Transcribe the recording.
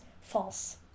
false